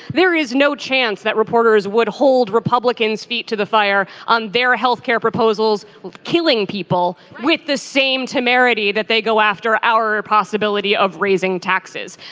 there is no chance that reporters would hold republicans feet to the fire on their health care proposals killing people with the same temerity that they go after our possibility of raising taxes.